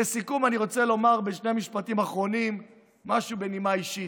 לסיכום אני רוצה לומר בשני משפטים אחרונים משהו בנימה אישית.